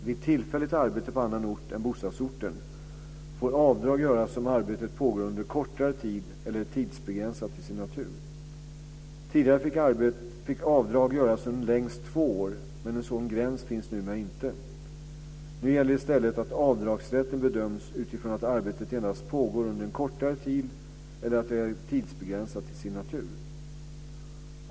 Vid tillfälligt arbete på annan ort än bostadsorten får avdrag göras om arbetet pågår under kortare tid eller är tidsbegränsat till sin natur. Tidigare fick avdrag göras under längst två år, men en sådan gräns finns numera inte. Nu gäller i stället att avdragsrätten bedöms utifrån att arbetet endast pågår under en kortare tid eller att det är tidsbegränsat till sin natur.